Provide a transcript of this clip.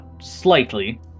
Slightly